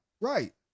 Right